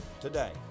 today